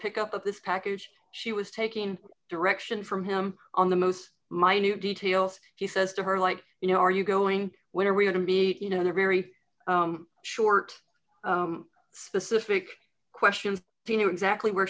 pick up of this package she was taking direction from him on the most minute details he says to her like you know are you going what are we going to be you know they're very short specific questions if you knew exactly where